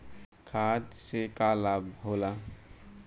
खाद्य से का लाभ होला?